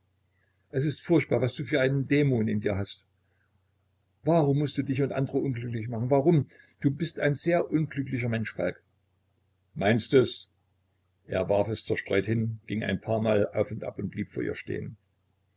es ist furchtbar was du für einen dämon in dir hast warum mußt du dich und andere unglücklich machen warum du bist ein sehr unglücklicher mensch falk meinst du es er warf es zerstreut hin ging ein paar mal auf und ab und blieb vor ihr stehen